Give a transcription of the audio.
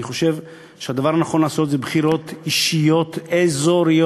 אני חושב שהדבר הנכון לעשות זה בחירות אישיות אזוריות.